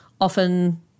often